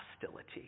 hostility